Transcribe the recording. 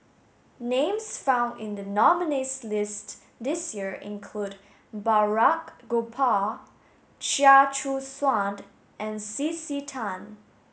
names found in the nominees' list this year include Balraj Gopal Chia Choo Suan and C C Tan